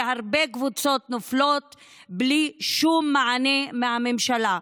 עם הרבה קבוצות שנופלות בלי שום מענה מהממשלה.